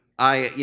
i, you